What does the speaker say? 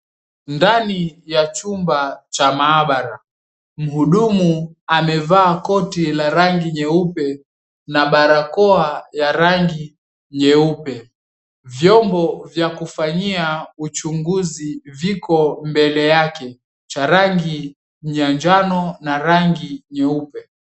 Ndani ya chumba cha maabara, mhudumu avevaa koti la rangi nyeupe na barakoa ya rangi nyeupe. Vyombo vya kutumia uchunguzi viko mbele yake cha rangi ya njano na rangi nyeupe.